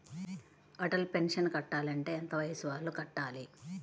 Atal pension కట్టాలి అంటే ఎంత వయసు వాళ్ళు కట్టాలి?